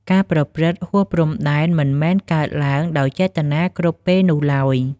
ការប្រព្រឹត្តហួសព្រំដែនមិនមែនកើតឡើងដោយចេតនាគ្រប់ពេលនោះឡើយ។